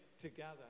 together